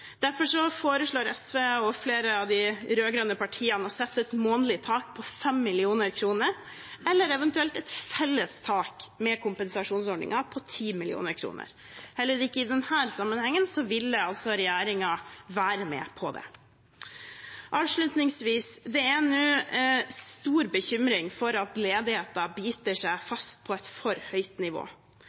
foreslår SV og flere av de rød-grønne partiene å sette et månedlig tak på 5 mill. kr eller eventuelt et felles tak med kompensasjonsordningen på 10 mill. kr. Heller ikke i denne sammenhengen ville regjeringen være med på det. Avslutningsvis: Det er nå stor bekymring for at ledigheten biter seg fast på et for høyt nivå.